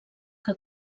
que